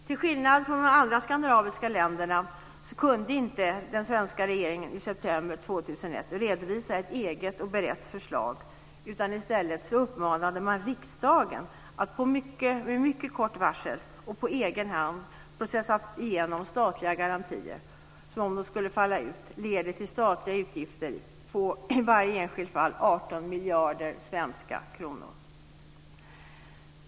Till skillnad från de andra skandinaviska länderna kunde inte den svenska regeringen i september 2001 redovisa ett eget och berett förslag, utan i stället uppmanade man riksdagen att med mycket kort varsel och på egen hand "processa" igenom statliga garantier, som om de skulle falla ut skulle leda till statliga utgifter på i varje enskilt fall 18 miljarder svenska kronor.